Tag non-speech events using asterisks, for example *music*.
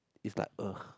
is like *noise*